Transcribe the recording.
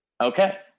Okay